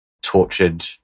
tortured